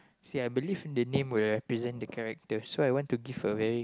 so ya I believe the name will represent the character so I went to give a very